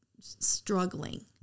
struggling